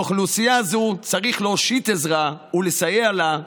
לאוכלוסייה זו צריך להושיט עזרה ולסייע לה,